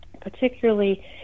particularly